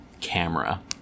camera